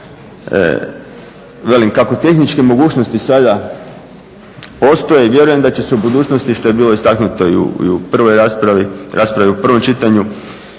Velim, kako tehničke mogućnosti sada postoje i vjerujem da će se u budućnosti, što je bilo istaknuto i u prvoj raspravi, raspravi u prvom čitanju,